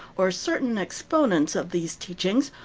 or certain exponents of these teachings,